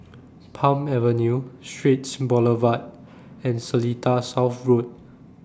Palm Avenue Straits Boulevard and Seletar South Road